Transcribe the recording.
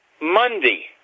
Monday